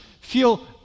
feel